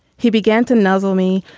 he began to nuzzle me,